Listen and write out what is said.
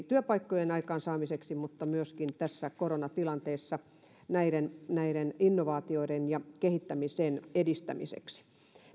työpaikkojen aikaansaamiseksi mutta myöskin tässä koronatilanteessa näiden näiden innovaatioiden ja kehittämisen edistämiseksi